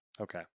Okay